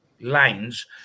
Lines